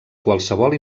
qualsevol